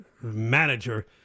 manager